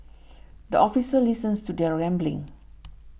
the officer listens to their rambling